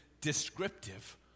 descriptive